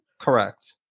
Correct